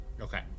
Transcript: Okay